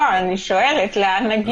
אני שואלת לאן נגיע.